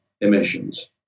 emissions